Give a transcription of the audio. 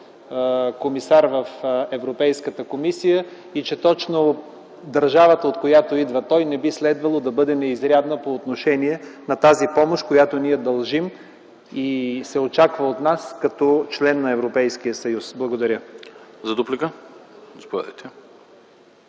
комисар в Европейската комисия и че държавата, от която идва той, не би следвало да бъде неизрядна по отношение на тази помощ, която ние дължим и се очаква от нас като член на Европейския съюз. Благодаря. ПРЕДСЕДАТЕЛ АНАСТАС